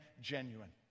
genuine